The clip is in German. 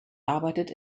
arbeitet